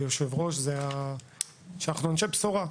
כבוד היושב-ראש, זה שאנחנו אנשי בשורה.